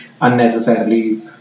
unnecessarily